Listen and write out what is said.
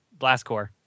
Blastcore